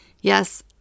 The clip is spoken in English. yes